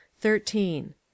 thirteen